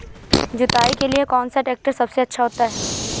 जुताई के लिए कौन सा ट्रैक्टर सबसे अच्छा होता है?